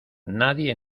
nadie